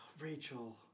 Rachel